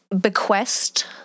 Bequest